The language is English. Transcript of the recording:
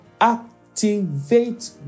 activate